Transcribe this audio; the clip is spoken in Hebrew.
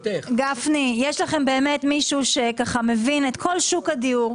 גפני, יש לכם באמת מישהו שמבין את כל שוק הדיור.